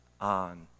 on